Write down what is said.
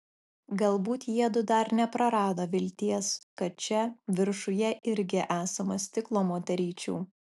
galbūt jiedu dar neprarado vilties kad čia viršuje irgi esama stiklo moteryčių